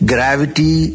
Gravity